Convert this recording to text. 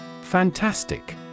Fantastic